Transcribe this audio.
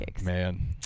man